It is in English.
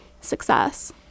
success